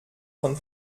von